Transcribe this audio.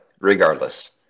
regardless